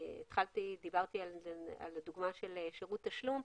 דיברתי על דוגמה של שירות תשלום,